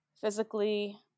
physically